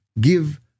give